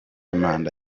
manda